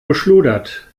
geschludert